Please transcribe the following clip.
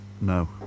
no